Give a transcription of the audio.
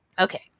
Okay